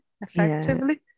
effectively